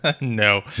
no